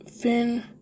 Finn